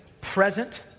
present